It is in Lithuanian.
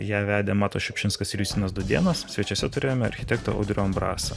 ją vedė matas šiupšinskas ir justinas dudėnas svečiuose turėjome architektą audrių ambrasą